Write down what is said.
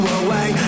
away